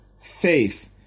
faith